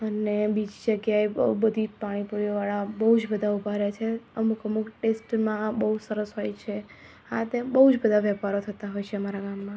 અને બીજી જગ્યાએ બહુ બધી પાણીપુરીઓ વાળા બહુ જ બધાં ઊભા રહે છે અમુક અમુક ટેસ્ટમાં બહુ સરસ હોય છે આ તે બહુ બધાં વેપારો થતાં હોય છે અમારા ગામમાં